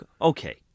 okay